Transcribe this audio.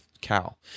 Cal